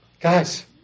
Guys